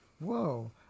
Whoa